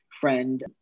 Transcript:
friend